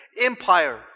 Empire